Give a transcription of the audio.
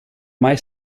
mai